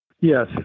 Yes